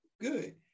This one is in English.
Good